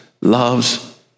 loves